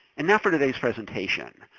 and now for today's presentation.